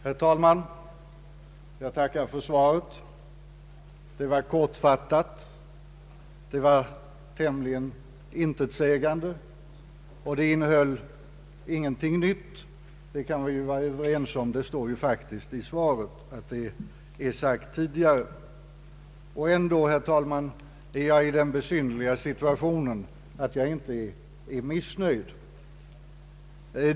Herr talman! Jag tackar för svaret. Det var kortfattat. Och tämligen intetsägande. Att det inte innehöll någonting nytt kan vi ju vara överens om. Det framgår faktiskt av svaret att vad som står där har sagts tidigare. Änd? är jag i den besynnerliga situationen att jag inte är missnöjd.